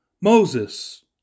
Moses